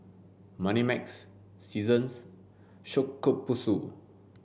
Moneymax Seasons Shokubutsu